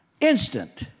instant